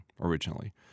originally